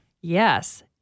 Yes